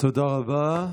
תודה רבה.